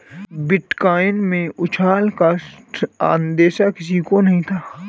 bitcoin के उछाल का अंदेशा किसी को नही था